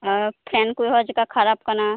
ᱟᱨ phone ᱠᱚᱦᱚᱸ ᱪᱤᱠᱟᱹ ᱠᱷᱟᱨᱟᱯ ᱠᱟᱱᱟ